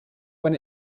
when